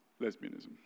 lesbianism